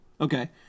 Okay